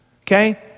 Okay